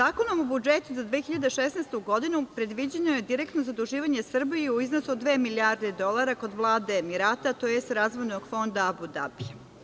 Zakonom o budžetu za 2016. godinu predviđeno je direktno zaduživanje Srbije u iznosu od dve milijarde dolara kod Vlade Emirata tj. Razvojnog fonda Abu Dabija.